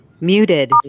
Muted